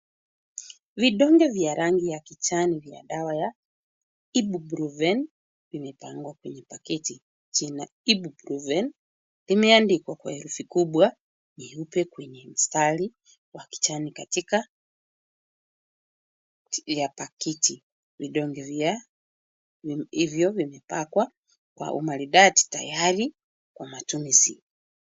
Vidonge vya rangi ya kijani vya dawa ya Ibuprofen vimepangwa kwenye pakiti. Jina Ibuprofen imeandikwa kwa herufi kubwa, nyeupe kwenye mstari wa kijani katika ya pakiti. Vidonge vya hivyo vimepakwa kwa umaridadi tayari kwa matumizi.